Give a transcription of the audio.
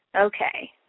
Okay